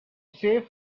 save